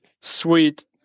sweet